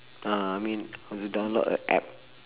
uh I mean how to download a app